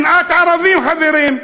שנאת ערבים, חברים.